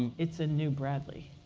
it's a new bradley?